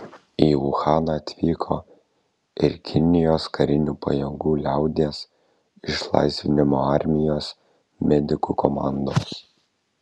į uhaną atvyko ir kinijos karinių pajėgų liaudies išlaisvinimo armijos medikų komandos